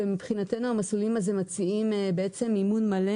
ומבחינתו המסלולים האלה מציעים מימון מלא